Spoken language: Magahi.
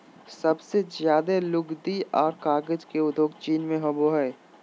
सबसे ज्यादे लुगदी आर कागज के उद्योग चीन मे होवो हय